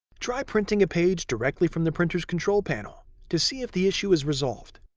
try printing a page directly from the printer's control panel to see if the issue is resolved.